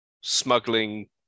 smuggling